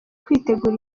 kwitegura